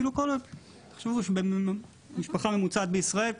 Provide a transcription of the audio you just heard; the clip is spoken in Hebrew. תחשבו שמשפחה ממוצעת בישראל,